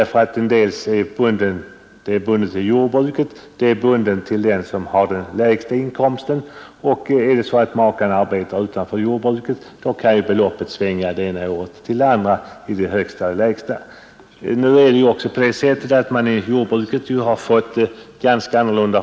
Avdraget är bundet dels till jordbruket, dels till den lägsta inkomsten. Om ena maken arbetar utanför jordbruket och inkomstförhållandena förändras från det ena året till det andra i fråga om vems inkomst som är den lägsta så kan också förvärvsavdragets högsta belopp det ena året utgå med 1 000 kronor och andra året med 2 000 kronor.